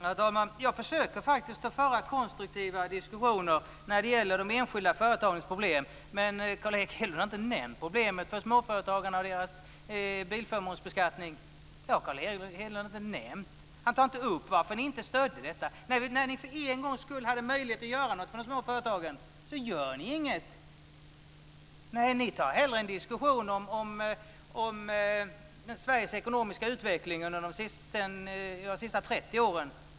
Herr talman! Jag försöker faktiskt föra konstruktiva diskussioner när det gäller de enskilda företagens problem. Men Carl Erik Hedlund har inte nämnt problemet med småföretagarnas bilförmånsbeskattning. Han tar inte upp varför ni inte stödde detta. När ni för en gångs skull har möjlighet att göra något för de små företagen gör ni inget. Ni tar hellre en diskussion om Sveriges ekonomiska utveckling under de senaste 30 åren.